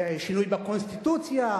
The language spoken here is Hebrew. זה שינוי בקונסטיטוציה,